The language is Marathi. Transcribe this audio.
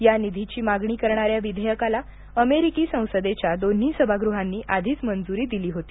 या निधीची मागणी करणाऱ्या विधेयकाला अमेरिकी संसदेच्या दोन्ही सभागृहांनी आधीच मंजुरी दिली होती